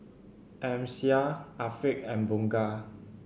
Amsyar Afiq and Bunga